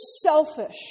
selfish